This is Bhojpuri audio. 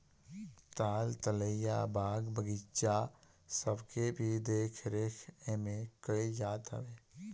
ताल तलैया, बाग बगीचा सबके भी देख रेख एमे कईल जात हवे